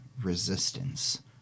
resistance